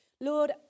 Lord